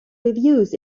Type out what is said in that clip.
reviews